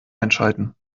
einschalten